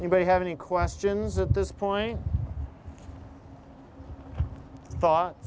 anybody have any questions at this point thought